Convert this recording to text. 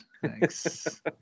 Thanks